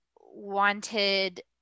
wanted